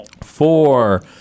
four